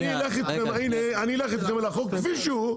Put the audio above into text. אני אלך אתכם על החוק כפי שהוא.